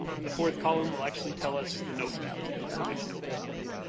um and the fourth column will actually tell us the note value, so which note was played.